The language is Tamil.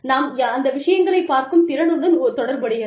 நாம் து விஷயங்களைப் பார்க்கும் திறனுடன் தொடர்புடையது